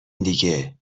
دیگه